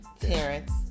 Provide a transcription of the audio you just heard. Terrence